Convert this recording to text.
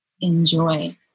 enjoy